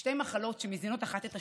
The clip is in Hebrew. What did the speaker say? שתי מחלות שמזינות אחת את השנייה,